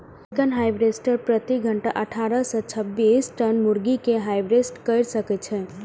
chicken harvester प्रति घंटा अट्ठारह सं छब्बीस टन मुर्गी कें हार्वेस्ट कैर सकै छै